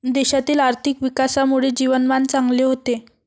देशातील आर्थिक विकासामुळे जीवनमान चांगले होते